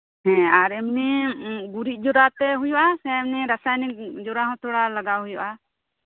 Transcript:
ᱦᱮᱸ ᱟᱨ ᱮᱢᱱᱤ ᱜᱩᱨᱤᱡ ᱡᱚᱨᱟᱛᱮ ᱦᱩᱭᱩᱜ ᱟ ᱥᱮ ᱮᱢᱱᱤ